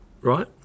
right